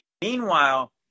meanwhile